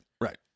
Right